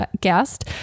guest